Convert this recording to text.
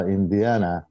Indiana